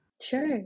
Sure